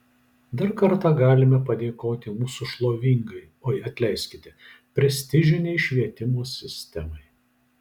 dar kartą galime padėkoti mūsų šlovingai oi atleiskite prestižinei švietimo sistemai